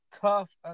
tough